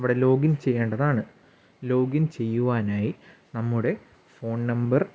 ഇവിടെ ലോഗിൻ ചെയ്യേണ്ടതാണ് ലോഗിൻ ചെയ്യുവാനായി നമ്മുടെ ഫോൺ നമ്പർ